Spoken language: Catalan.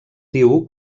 diu